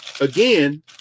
Again